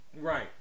right